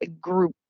group